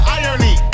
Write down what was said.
irony